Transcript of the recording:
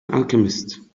alchemist